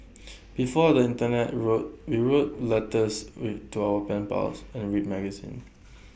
before the Internet we we wrote letters we to our pen pals and read magazines